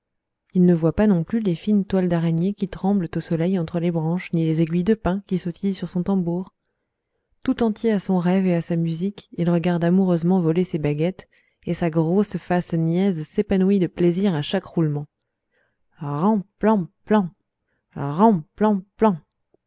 il ne voit pas non plus les fines toiles d'araignée qui tremblent au soleil entre les branches ni les aiguilles de pin qui sautillent sur son tambour tout entier à son rêve et à sa musique il regarde amoureusement voler ses baguettes et sa grosse face niaise s'épanouit de plaisir à chaque roulement